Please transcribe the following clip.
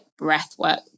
breathwork